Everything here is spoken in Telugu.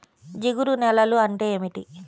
జిగురు నేలలు అంటే ఏమిటీ?